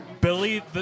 Billy